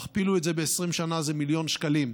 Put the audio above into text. תכפילו את זה ב-20 שנה, זה מיליון שקלים.